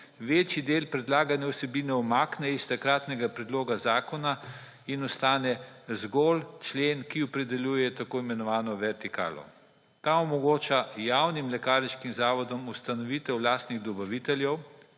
večji del predlagane vsebine umakne iz takratnega predloga zakona in ostane zgolj člen, ki opredeljuje tako imenovano vertikalo. Ta omogoča javnim lekarniškim zavodom ustanovitev lastnih dobaviteljev,